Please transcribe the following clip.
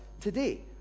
today